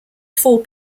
four